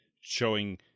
showing